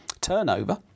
turnover